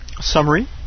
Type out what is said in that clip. summary